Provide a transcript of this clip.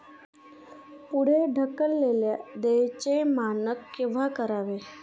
पुढे ढकललेल्या देयचे मानक केव्हा करावे?